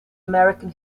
american